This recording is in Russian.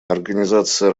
организация